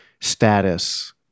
status